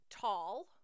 Tall